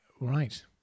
Right